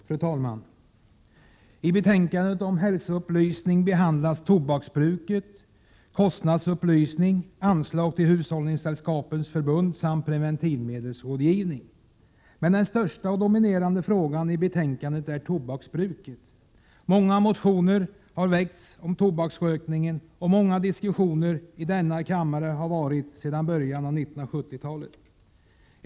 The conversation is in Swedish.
Fru talman! I betänkandet om hälsoupplysning behandlas tobaksbruk, kostnadsupplysning, anslag till Hushållningssällskapens förbund samt preventivmedelsrådgivning. Den största och dominerande frågan i betänkandet är emellertid tobaksbruket. Många motioner har väckts och många diskussioner om tobaksrökningen har ägt rum i denna kammare sedan början av 1970-talet.